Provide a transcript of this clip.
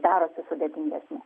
darosi sudėtingesnė